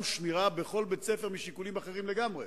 שמירה בכל בית-ספר משיקולים אחרים לגמרי,